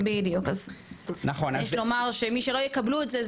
יש לומר שמי שלא יקבלו את זה,